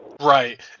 Right